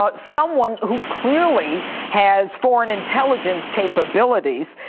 but someone who clearly has foreign intelligence capabilities,